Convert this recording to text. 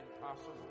impossible